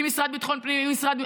עם המשרד לביטחון הפנים,